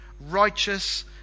righteous